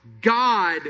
God